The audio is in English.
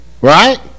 right